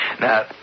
Now